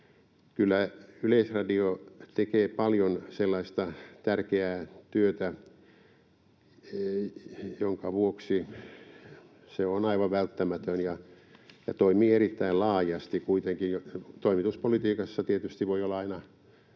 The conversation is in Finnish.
Kyllä Yleisradio tekee paljon sellaista tärkeää työtä, jonka vuoksi se on aivan välttämätön ja toimii erittäin laajasti kuitenkin. Toimituspolitiikassa tietysti voi olla aina